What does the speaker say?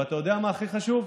ואתה יודע מה הכי חשוב?